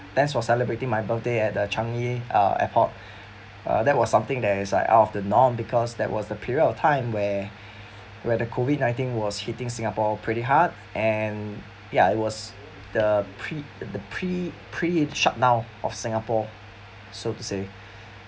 friends were celebrating my birthday at the changi uh airport that was something that was out of the norm because that was the period of time where where the COVID nineteen was hitting singapore pretty hard and ya it was the pre the pre pre shut down of singapore so to say